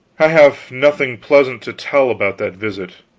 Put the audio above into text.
i have nothing pleasant to tell about that visit.